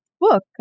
book